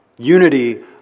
Unity